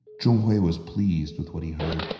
zhong hui was pleased with what he heard,